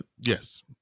Yes